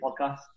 podcast